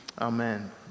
Amen